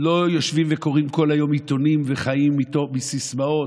שלא יושבים וקוראים כל היום עיתונים וחיים מסיסמאות.